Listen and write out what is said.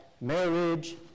marriage